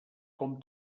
com